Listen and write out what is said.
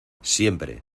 siempre